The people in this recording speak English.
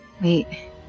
Wait